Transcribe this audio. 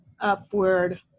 upward